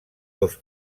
dos